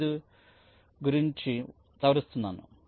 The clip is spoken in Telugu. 95 గుణించి సవరిస్తున్నాము